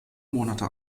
monate